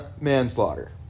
manslaughter